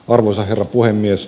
arvoisa herra puhemies